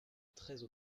treize